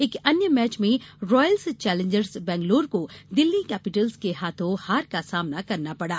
एक अन्य मैच में रॉयल्स चेलेंजर्स बैंगलोर को दिल्ली कैपिटल्स के हाथों हार का सामना करना पड़ा